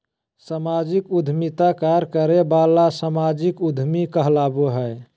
सामाजिक उद्यमिता कार्य करे वाला सामाजिक उद्यमी कहलाबो हइ